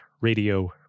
Radio